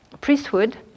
priesthood